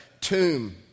tomb